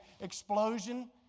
explosion